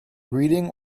reading